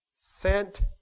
sent